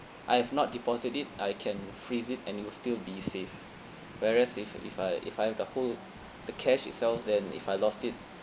I have not deposit it I can freeze it and it will still be safe whereas if if I if I have the whole the cash itself then if I lost it